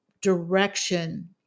direction